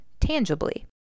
tangibly